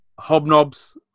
Hobnobs